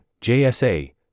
JSA